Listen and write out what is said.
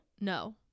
No